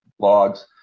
blogs